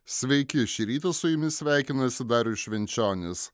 sveiki šį rytą su jumis sveikinasi darius švenčionis